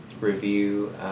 review